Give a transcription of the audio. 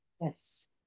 Yes